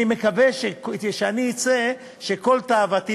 י"ד בתמוז התשע"ה,